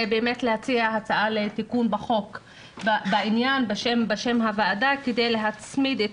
להציע הצעה לתיקון החוק בשם הוועדה כדי להצמיד את